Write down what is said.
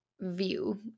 view